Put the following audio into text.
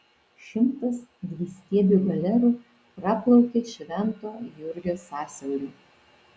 šimtas dvistiebių galerų praplaukė švento jurgio sąsiauriu